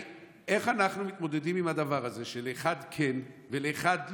איך אנחנו מתמודדים עם הדבר הזה שלאחד כן ולאחד לא?